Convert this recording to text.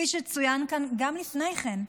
צוין כאן גם לפני כן,